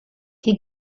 que